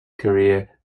career